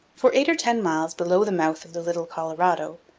for eight or ten miles below the mouth of the little colorado,